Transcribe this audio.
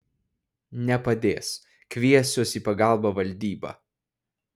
nepadės kviesiuos į pagalbą valdybą